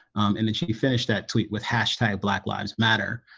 and then she finished that tweet with hashtag black lives matter,